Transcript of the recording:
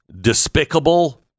despicable